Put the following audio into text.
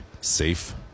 safe